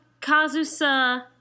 Kazusa